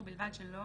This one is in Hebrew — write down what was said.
ובלבד שלא